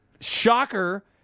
shocker